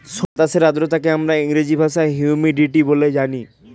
বাতাসের আর্দ্রতাকে ইংরেজি ভাষায় আমরা হিউমিডিটি বলে জানি